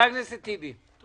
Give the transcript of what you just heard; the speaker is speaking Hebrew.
זאת